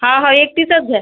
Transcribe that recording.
हा हो एकटीचच घ्या